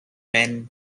men